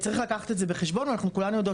צריך לקחת את זה בחשבון ואנחנו כולנו יודעות